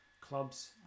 clubs